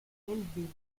belleville